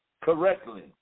correctly